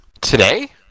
Today